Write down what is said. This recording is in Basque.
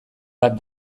bat